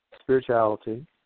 spirituality